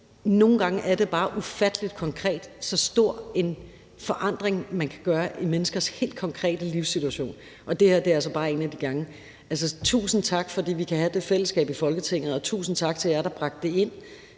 Nogle gange er det bare ufattelig konkret, så stor en forandring man kan skabe i menneskers helt konkrete livssituation, og det her er altså bare en af de gange. Tusind tak for, at vi havde det fællesskab i Folketinget, og tusind tak til jer, der bragte det ind